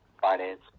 finance